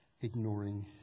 ignoring